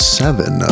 seven